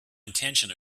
intention